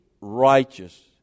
righteous